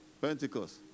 Pentecost